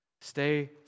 Stay